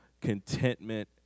contentment